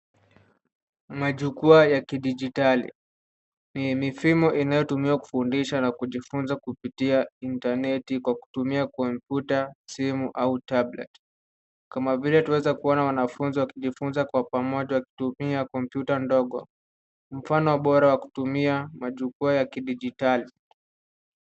Digital platforms are systems used for teached and learning via the internet using a laptop, phone or tablet, such as when we see students learning together using laptops, a good example of using digital platforms.